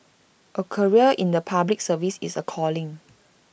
A career in the Public Service is A calling